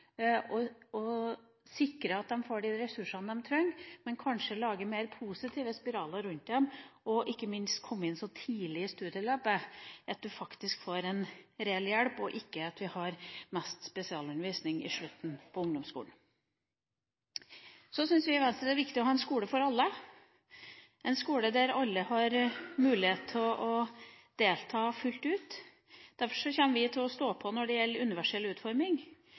sikre at de får de ressursene de trenger, kanskje lage mer positive spiraler rundt dem, og ikke minst komme inn så tidlig i studieløpet at de faktisk får en reell hjelp, ikke ha mest spesialundervisning i slutten av ungdomsskolen. Så syns vi i Venstre det er viktig å ha en skole for alle, en skole der alle har mulighet til å delta fullt ut. Derfor kommer vi til å stå på når det gjelder universell utforming.